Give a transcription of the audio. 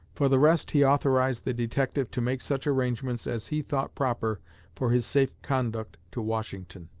for the rest, he authorized the detective to make such arrangements as he thought proper for his safe conduct to washington.